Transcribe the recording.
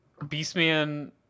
Beastman